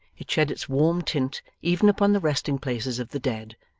it shed its warm tint even upon the resting-places of the dead,